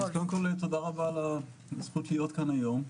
תודה רבה על הזכות להיות פה היום.